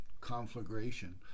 conflagration